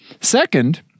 Second